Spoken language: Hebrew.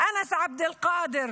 אנס עבד אלקאדר